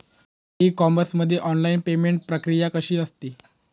E commerce मध्ये online payment प्रक्रिया कशी असते?